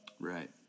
Right